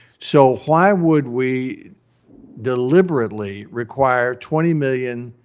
so, why would we deliberately require twenty million